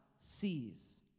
sees